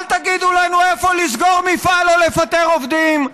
אל תגידו לנו איפה לסגור מפעל או לפטר עובדים.